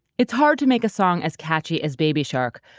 it's hard to make a song as catchy as baby shark,